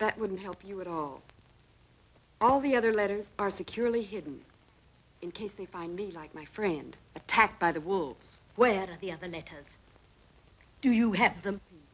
that wouldn't help you at all all the other letters are securely hidden in case they find me like my friend attacked by the wolves where the other letters do you have them